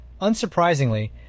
Unsurprisingly